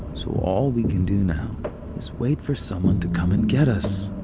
so all we can do now is wait for someone to come and get us.